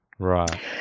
Right